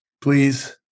please